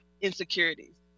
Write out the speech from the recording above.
insecurities